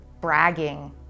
bragging